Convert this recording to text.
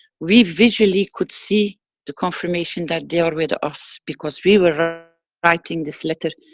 we visually could see the confirmation that they are with us. because we were writing this letter,